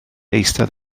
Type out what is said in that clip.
eistedd